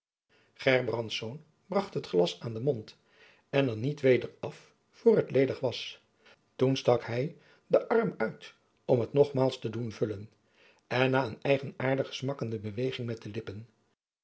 gerbrandsz bracht het glas aan den mond en er niet weder af voor het ledig was toen stak hy den arm uit om het nogmaals te doen vullen en na een eigenaardige smakkende beweging met de lippen